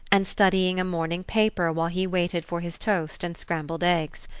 and studying a morning paper while he waited for his toast and scrambled eggs.